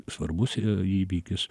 svarbus įvykis